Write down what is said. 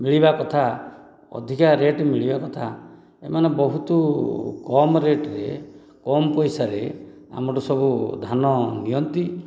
ମିଳିବା କଥା ଅଧିକା ରେଟ ମିଳିବା କଥା ଏମାନେ ବହୁତ କମ୍ ରେଟରେ କମ୍ ପଇସାରେ ଆମଠୁ ସବୁ ଧାନ ନିଅନ୍ତି